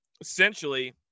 essentially